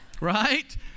Right